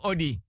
Odi